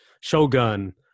shogun